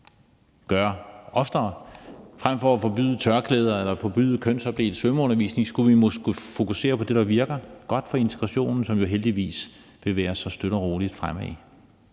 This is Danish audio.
gøre oftere. Frem for at forbyde tørklæder eller forbyde kønsopdelt svømmeundervisning skulle vi måske fokusere på det, der virker godt for integrationen, som jo heldigvis bevæger sig støt og roligt fremad.